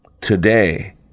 Today